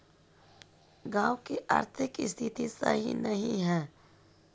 गाँव की आर्थिक स्थिति सही नहीं है?